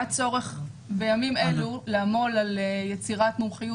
היה צורך בימים אלו לעמול על יצירת מומחיות